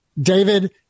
David